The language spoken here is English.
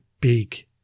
big